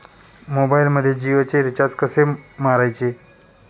मोबाइलमध्ये जियोचे रिचार्ज कसे मारायचे?